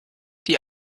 die